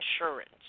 insurance